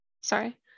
sorry